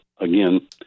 again